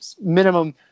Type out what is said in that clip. minimum